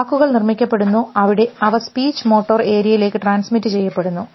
വാക്കുകൾ നിർമ്മിക്കപ്പെടുന്നു അവ സ്പീച്ച് മോട്ടോർ ഏരിയയിലേക്ക് ട്രാൻസ്മിറ്റ് ചെയ്യപ്പെടുന്നു